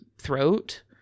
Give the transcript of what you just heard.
throat